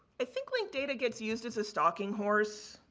i think link data gets used as a stocking horse,